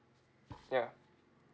ya